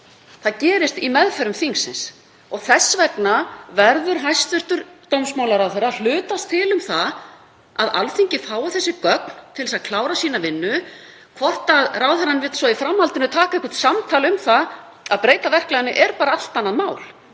Það gerist í meðförum þingsins. Og þess vegna verður hæstv. dómsmálaráðherra að hlutast til um það að Alþingi fái þessi gögn til að klára vinnu sína. Hvort ráðherrann vill svo í framhaldinu taka eitthvert samtal um það að breyta verklaginu er bara allt annað mál.